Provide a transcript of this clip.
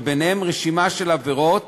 שביניהם רשימה של עבירות